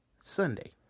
Sunday